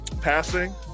passing